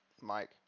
Mike